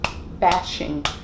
bashing